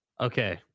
okay